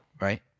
right